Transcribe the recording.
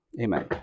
Amen